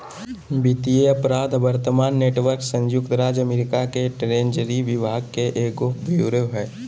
वित्तीय अपराध प्रवर्तन नेटवर्क संयुक्त राज्य अमेरिका के ट्रेजरी विभाग के एगो ब्यूरो हइ